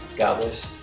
gobblers?